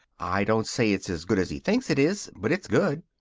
i don't say it's as good as he thinks it is, but it's good.